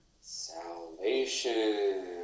Salvation